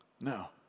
Now